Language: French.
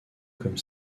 comme